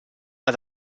are